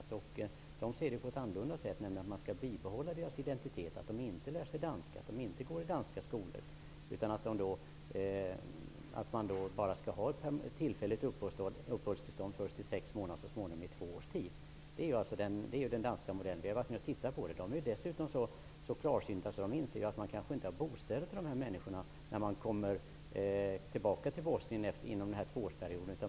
I Danmark ser man det på ett annat sätt, nämligen att flyktingarna skall bibehålla sin identitet. De skall inte lära sig danska och gå i danska skolor. De skall bara ha tillfälligt uppehållstillstånd, först i sex månader och så småningom i två år. Det är den danska modellen. Vi har varit i Danmark och studerat den. I Danmark är de dessutom så klarsynta att de inser att det kanske inte finns bostäder till flyktingarna när de återvänder till Bosnien inom tvåårsperioden.